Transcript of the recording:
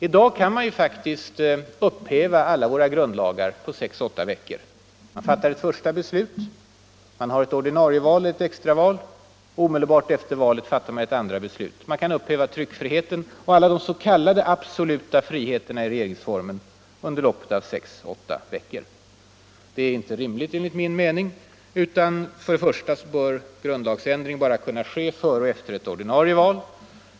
I dag kan man faktiskt upphäva alla våra grundlagar på 6-8 veckor. Man fattar ett första beslut, man har ett ordinarie val och ett extraval. Omedelbart efter valet fattar man ett andra beslut. Man kan upphäva tryckfriheten och alla de s.k. absoluta friheterna i regeringsformen under loppet av 6-8 veckor. Det är inte rimligt. Först och främst bör grundlagsändringar bara kunna ske före och efter ett ordinarie val.